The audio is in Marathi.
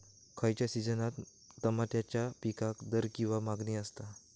खयच्या सिजनात तमात्याच्या पीकाक दर किंवा मागणी आसता?